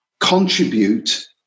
contribute